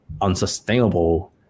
unsustainable